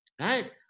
Right